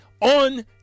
on